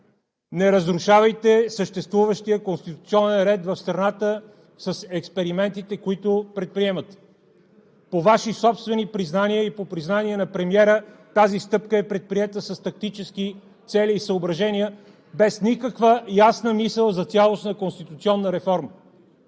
Не разрушавайте съществуващия конституционен ред в страната с експериментите, които предприемате! По Ваши собствени признания и по признания на премиера тази стъпка е предприета с тактически цели и съображения без никаква ясна мисъл за цялостна конституционна реформа.